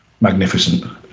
Magnificent